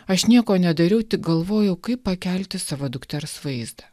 aš nieko nedariau tik galvojau kaip pakelti savo dukters vaizdą